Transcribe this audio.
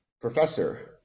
professor